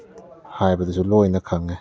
ꯍꯥꯏꯕꯗꯨꯁꯨ ꯂꯣꯏꯅ ꯈꯪꯉꯦ